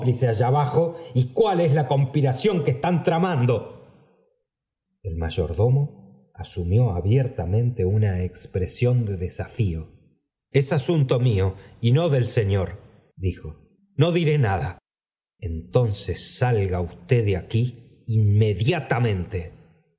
allá abajo y cual es la conspiración que están tramando el mayordomo asumió abiertamente una expresión de desafío nada es abunto mío y no del señor dijo ncjsp í rneñt etoiíces sñiga usted de aquí inm